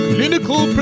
Clinical